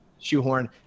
shoehorn